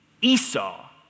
Esau